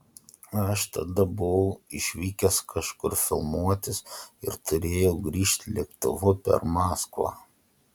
aš tada buvau išvykęs kažkur filmuotis ir turėjau grįžt lėktuvu per maskvą